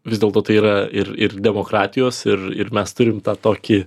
vis dėlto tai yra ir ir demokratijos ir ir mes turim tą tokį